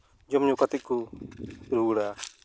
ᱡᱚᱢ ᱧᱩ ᱠᱟᱛᱮᱫ ᱠᱚ ᱨᱩᱣᱟᱹᱲᱟ